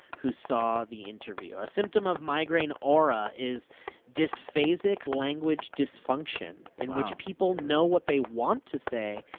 who saw the interview, a symptom of migraine aura is dysphasic language disfunction in which people know what they want to say,